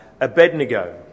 Abednego